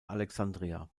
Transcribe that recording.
alexandria